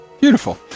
Beautiful